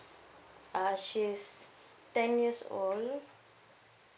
uh she's ten years old